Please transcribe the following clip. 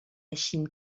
chine